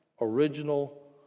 original